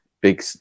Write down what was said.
big